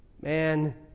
Man